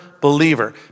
believer